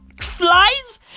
Flies